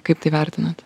kaip tai vertinat